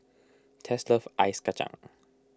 Tess loves Ice Kacang